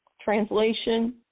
Translation